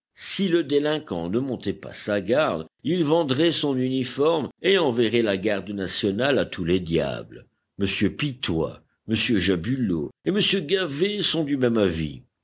si le délinquant ne montait pas sa garde il vendrait son uniforme et enverrait la garde nationale à tous les diables m pitois m jabulot et m gavet sont du même avis